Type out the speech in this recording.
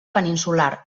peninsular